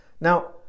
Now